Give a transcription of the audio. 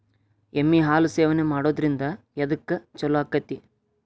ಎಮ್ಮಿ ಹಾಲು ಸೇವನೆ ಮಾಡೋದ್ರಿಂದ ಎದ್ಕ ಛಲೋ ಆಕ್ಕೆತಿ?